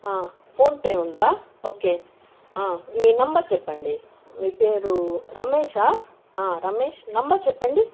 PhonePe ఉందా okay మీ number చెప్పండి మీ పేరు రమేషా రమేష్ నంబర్ చెప్పండి